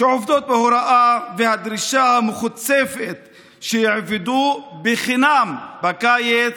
שעובדות בהוראה והדרישה המחוצפת שיעבדו חינם בקיץ,